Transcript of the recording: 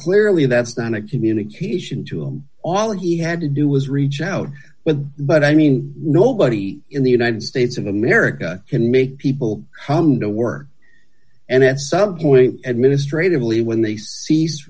clearly that's not a communication to him all he had to do was reach out with but i mean nobody in the united states of america can make people come to work and at some point administratively when they cease